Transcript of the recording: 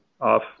off